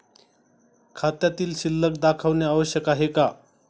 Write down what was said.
खात्यातील शिल्लक दाखवणे आवश्यक आहे का?